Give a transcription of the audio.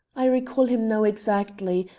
i recall him now exactly,